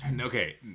okay